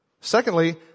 Secondly